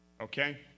Okay